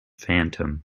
phantom